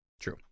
True